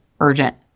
urgent